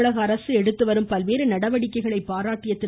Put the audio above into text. தமிழக அரசு எடுத்துவரும் பல்வேறு நடவடிக்கைகளை பாராட்டிய திரு